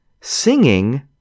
singing